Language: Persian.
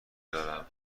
دارم